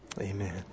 Amen